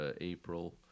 April